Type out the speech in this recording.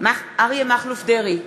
אריה מכלוף דרעי,